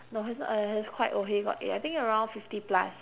no he's not uh he's quite old he got I think around fifty plus